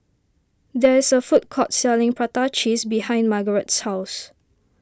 there is a food court selling Prata Cheese behind Margarette's house